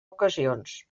ocasions